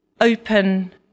open